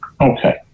Okay